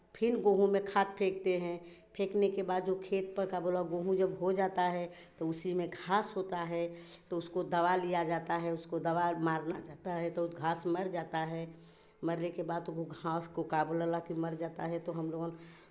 फिर गेहूँ में खाद फेंकते हैं फेंकने के बाद जो खेत पर का बोलेला गेहूँ जब हो जाता है तो उसी में घास होता है तो उसको दवा लिया जाता है उसको दवा मारना जाता है तो घास मर जाता है मरने के बाद घास को का बोलेला कि मर जाता है तो हमलोगन